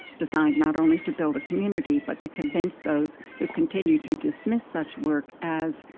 designed not only to build a community but to convince those who continued to dismiss such work as,